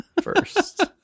first